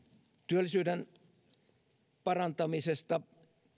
työllisyyden parantamisesta